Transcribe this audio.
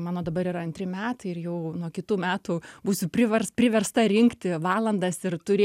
mano dabar yra antri metai ir jau nuo kitų metų būsiu privers priversta rinkti valandas ir turė